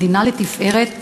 מדינה לתפארת,